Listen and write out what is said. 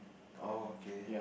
oh okay